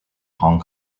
hong